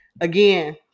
Again